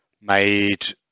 made